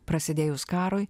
prasidėjus karui